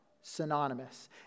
synonymous